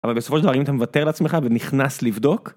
אבל בסופו של דבר, אתה מוותר לעצמך ונכנס לבדוק,